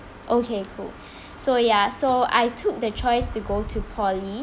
okay cool so ya so I took the choice to go to poly